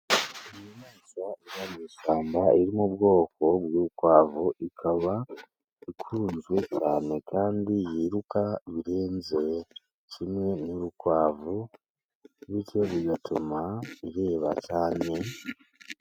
Inyamaswa iba mu ishyamba, iri mu bwoko bw'urukwavu, ikaba ikunzwe cyane, kandi yiruka birenze, kimwe n'urukwavu, bityo bigatuma ireba cyane.